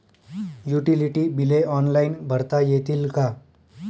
Utility बिले online भरता येतील का?